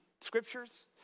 scriptures